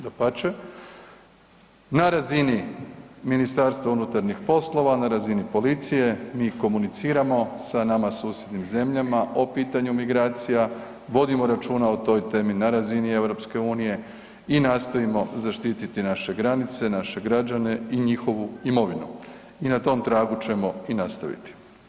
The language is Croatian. Dapače, na razini Ministarstva unutarnjih poslova, na razini policije, mi komuniciramo sa nama susjednim zemljama o pitanju migracija, vodimo računa o toj temi na razini EU i nastojimo zaštititi naše granice, naše građane i njihovu imovinu i na tom tragu ćemo i nastaviti.